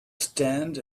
stand